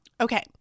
Okay